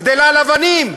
גדלה על אבנים.